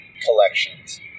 collections